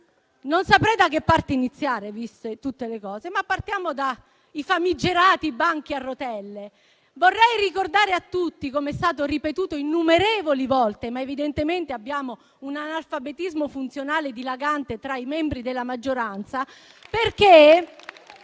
cose dette, ma partiamo dai famigerati banchi a rotelle. Vorrei ricordare a tutti - come è stato ripetuto innumerevoli volte, ma evidentemente abbiamo un analfabetismo funzionale dilagante tra i membri della maggioranza